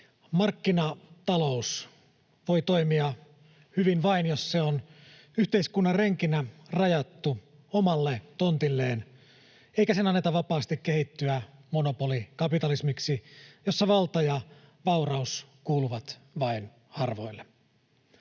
Markkinatalous voi toimia hyvin vain, jos se on yhteiskunnan renkinä rajattu omalle tontilleen eikä sen anneta vapaasti kehittyä monopolikapitalismiksi, jossa valta ja vauraus kuuluvat vain harvoille.